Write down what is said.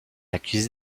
accusé